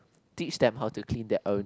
teach them how to clean them own